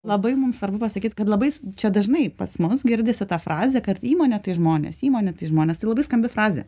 labai mums svarbu pasakyti kad labais čia dažnai pas mus girdisi ta frazė kad įmonė tai žmonės įmonė tai žmonės tai labai skambi frazė